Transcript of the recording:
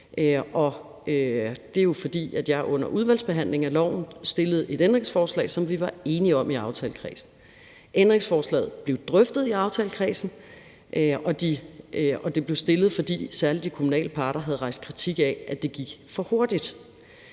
det er jo, fordi jeg under udvalgsbehandlingen af lovforslaget stillede et ændringsforslag, som vi var enige om i aftalekredsen. Ændringsforslaget blev drøftet i aftalekredsen, og det blev stillet, fordi særlig de kommunale parter havde rejst kritik af, at det gik for hurtigt.